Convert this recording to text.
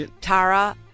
Tara